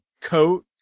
coat